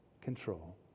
control